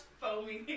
foamy